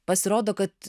pasirodo kad